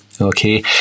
Okay